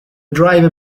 driver